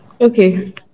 okay